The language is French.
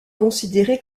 considérée